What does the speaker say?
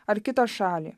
ar kitą šalį